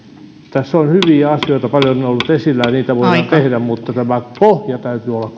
tässä on hyviä asioita paljon ollut esillä ja niitä voidaan tehdä mutta tämän pohjan täytyy olla